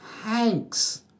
Hanks